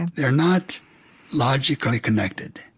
they're not logically connected.